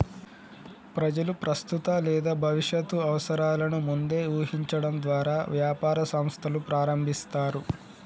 ప్రజలు ప్రస్తుత లేదా భవిష్యత్తు అవసరాలను ముందే ఊహించడం ద్వారా వ్యాపార సంస్థలు ప్రారంభిస్తారు